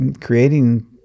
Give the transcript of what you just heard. creating